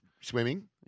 Swimming